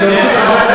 אני משיב לך.